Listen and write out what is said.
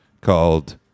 called